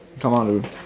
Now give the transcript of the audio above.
come out of the room